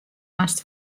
moast